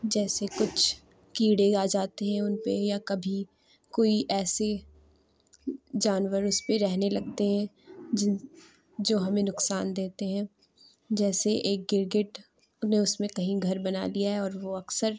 جیسے کچھ کیڑے آ جاتے ہیں ان پہ یا کبھی کوئی ایسے جانور اس پہ رہنے لگتے ہیں جن جو ہمیں نقصان دیتے ہیں جیسے ایک گرگٹ نے اس میں کہیں گھر بنا لیا ہے اور وہ اکثر